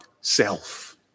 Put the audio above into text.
self